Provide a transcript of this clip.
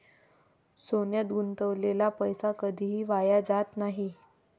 सोन्यात गुंतवलेला पैसा कधीही वाया जात नाही